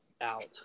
out